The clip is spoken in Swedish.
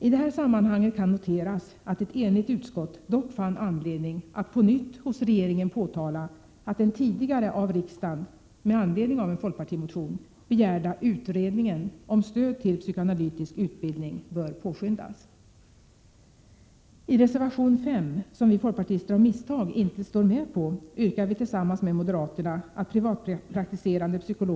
I det här sammanhanget kan noteras att ett enigt utskott dock fann anledning att på nytt till regeringen uttala att den tidigare av riksdagen — med anledning av en folkpartimotion — begärda utredningen om stöd till psykoanalytisk utbildning bör påskyndas. I reservation 5, som vi folkpartister av misstag inte står med på, yrkar vi tillsammans med moderaterna att privatpraktiserande psykologer skall ges Prot.